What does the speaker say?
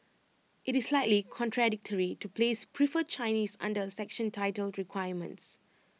IT is slightly contradictory to place prefer Chinese under A section titled requirements